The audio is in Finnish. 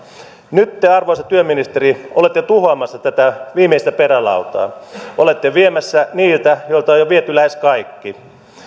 nyt te arvoisa työministeri olette tuhoamassa tätä viimeistä perälautaa olette viemässä niiltä joilta on jo viety lähes kaikki